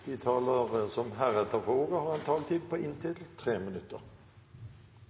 De talere som heretter får ordet, har en taletid på inntil 3 minutter.